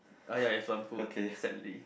uh ya it's one sadly